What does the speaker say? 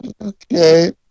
okay